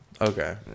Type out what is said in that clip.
Okay